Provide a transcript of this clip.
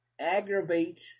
aggravate